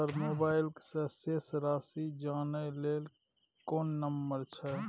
Sir mobile से शेस राशि जानय ल कोन नंबर छै?